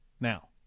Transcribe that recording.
Now